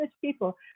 people